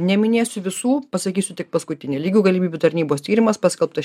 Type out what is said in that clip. neminėsiu visų pasakysiu tik paskutinį lygių galimybių tarnybos tyrimas paskelbtas